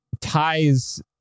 ties